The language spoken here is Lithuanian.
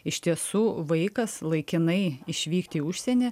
iš tiesų vaikas laikinai išvykti į užsienį